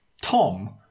Tom